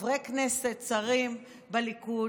חברי כנסת, שרים בליכוד.